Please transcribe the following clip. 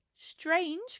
strange